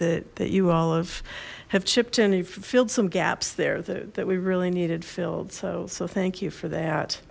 that that you all have have chipped in you filled some gaps there though that we really needed filled so so thank you for that